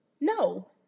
No